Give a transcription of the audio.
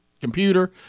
computer